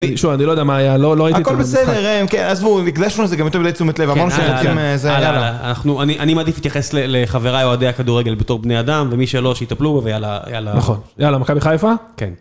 שוב אני לא יודע מה היה, לא ראיתי את זה במשחק. הכל בסדר ראם, עזבו, עם אגלשון זה גם יותר תשומת לב, אמרנו שרוצים זה, יאללה. אנחנו אני מעדיף להתייחס לחבריי אוהדי הכדורגל בתור בני אדם, ומי שלא שיטפלו בו ויאללה. נכון. יאללה, מכבי חיפה? כן.